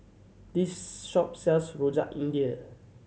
this shop sells Rojak India